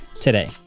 today